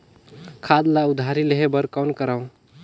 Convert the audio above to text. खाद ल उधारी लेहे बर कौन करव?